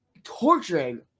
Torturing